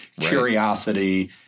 curiosity